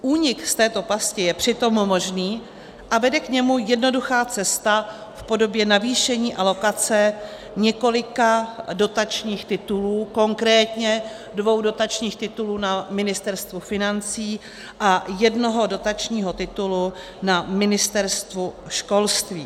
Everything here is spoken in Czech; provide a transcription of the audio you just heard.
Únik z této pasti je přitom možný a vede k němu jednoduchá cesta v podobě navýšení alokace několika dotačních titulů, konkrétně dvou dotačních titulů na Ministerstvu financí a jednoho dotačního titulu na Ministerstvu školství.